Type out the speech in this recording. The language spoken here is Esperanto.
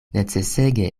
necesege